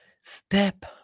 step